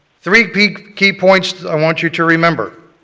three key key points i want you to remember.